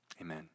Amen